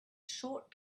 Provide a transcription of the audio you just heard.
short